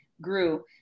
grew